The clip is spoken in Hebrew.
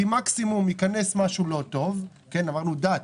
כי מקסימום אם ייכנס משהו לא טוב אמרנו דת,